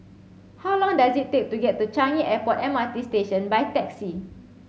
how long does it take to get to Changi Airport M R T Station by taxi